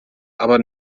aber